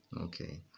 Okay